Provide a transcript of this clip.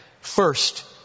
First